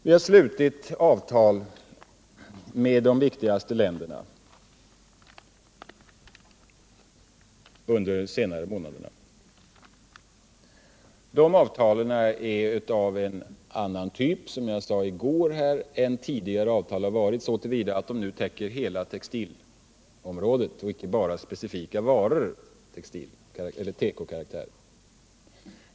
Det har under de senaste månaderna slutits avtal med de viktigaste länderna. Avtalen är, som jag sade i går, av en annan typ än tidigare avtal så till vida att de nu täcker hela textilområdet och inte bara specifika varor av tekokaraktär.